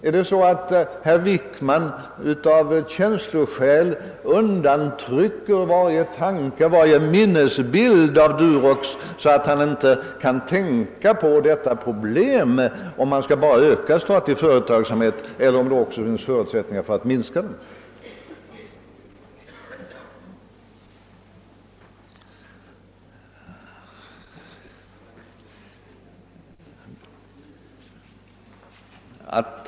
är det så att herr Wickman av känsloskäl undertrycker varje tanke på och varje minnesbild av Durox därför att han inte vill tänka på problemet, om man bara bör öka den statliga företagsamheten eller om det också finns förutsättningar för att på några punkter minska den?